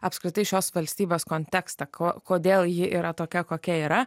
apskritai šios valstybės kontekstą ko kodėl ji yra tokia kokia yra